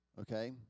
okay